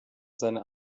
seine